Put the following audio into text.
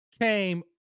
came